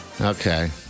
Okay